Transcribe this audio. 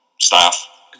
staff